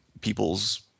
people's